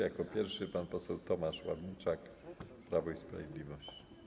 Jako pierwszy pan poseł Tomasz Ławniczak, Prawo i Sprawiedliwość.